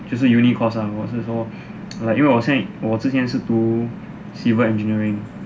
就是 uni course ah 我是说 like 因为我现在我之前我是读 civil engineering